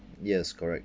yes correct